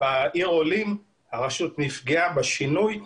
שכעיר עולים הרשות נפגעה בשינוי.